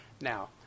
Now